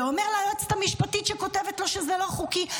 ואומר ליועצת המשפטית שכותבת לו שזה לא חוקי,